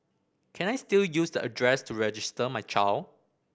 can I still use the address to register my child